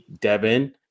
Devin